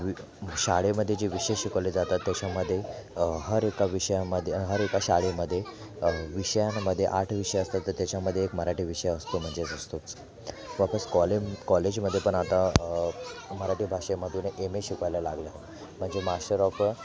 शाळेमध्ये जे विशेष शिकवले जातात त्याच्यामध्ये हर ऐका विषयांमध्ये हर ऐका शाळेमध्ये विषयांमध्ये आठ विषय असतात तर त्याच्यामध्ये एक मराठी विषय असतो म्हणजेच असतोच वापस कॉलिंग कॉलेजमध्ये पण आता मराठी भाषेमधून एम ए शिकवायला लागले आहेत म्हणजे मास्टर ऑफ